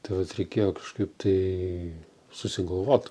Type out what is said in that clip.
tai vat reikėjo kažkaip tai susigalvot